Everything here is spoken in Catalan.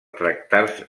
tractar